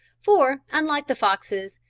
for, unlike the foxes,